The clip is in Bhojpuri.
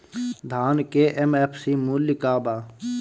धान के एम.एफ.सी मूल्य का बा?